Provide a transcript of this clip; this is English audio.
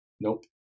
Nope